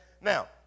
Now